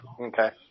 Okay